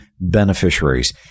beneficiaries